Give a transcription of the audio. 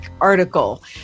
article